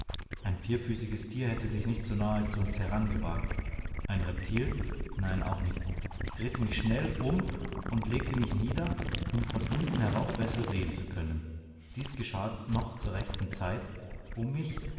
ein vierfüßiges tier hätte sich nicht so nahe zu uns herangewagt ein reptil nein auch nicht ich drehte mich schnell um und legte mich nieder um von unten herauf besser sehen zu können dies geschah noch zur rechten zeit um mich